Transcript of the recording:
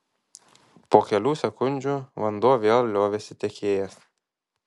po kelių sekundžių vanduo vėl liovėsi tekėjęs